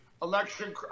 election